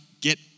get